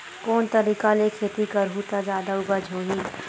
कोन तरीका ले खेती करहु त जादा उपज होही?